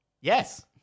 Yes